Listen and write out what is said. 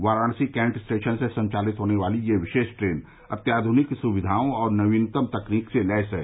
Varanasi Cantt station से संचालित होने वाली यह विशेष ट्रेन अत्याधुनिक सुविधाओं और नवीनतम तकनीक से लैस है